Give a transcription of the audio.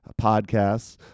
podcasts